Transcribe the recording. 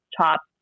chop